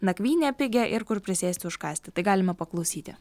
nakvynę pigią ir kur prisėsti užkąsti tai galime paklausyti